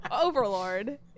Overlord